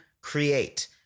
create